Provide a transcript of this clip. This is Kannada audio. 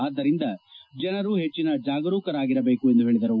ಆದ್ದರಿಂದ ಜನರು ಹೆಚ್ಚಿನ ಜಾಗರೂಕರಾಗಿರಬೇಕು ಎಂದು ಹೇಳಿದರು